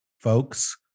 folks